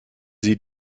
sie